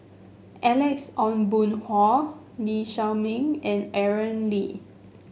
Alex Ong Boon Hau Lee Shao Meng and Aaron Lee